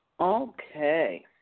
Okay